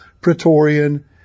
Praetorian